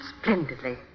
splendidly